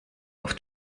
oft